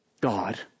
God